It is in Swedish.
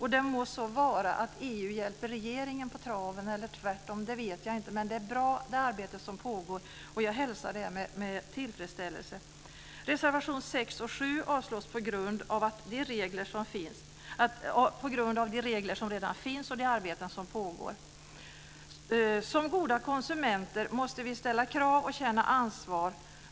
Det kan vara så att EU hjälper regeringen på traven eller tvärtom, det vet jag inte. Men det arbete som pågår är bra. Jag hälsar det med tillfredsställelse. Reservationerna 6 och 7 avslås på grund av de regler som redan finns och de arbeten som pågår. Som goda konsumenter måste vi både ställa krav och känna ansvar.